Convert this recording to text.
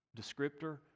descriptor